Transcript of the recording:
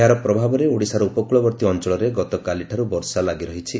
ଏହାର ପ୍ରଭାବରେ ଓଡ଼ିଶାର ଉପକୂଳବର୍ତ୍ତୀ ଅଞ୍ଚଳରେ ଗତକାଲିଠାରୁ ବର୍ଷା ଲାଗି ରହିଛି